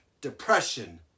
depression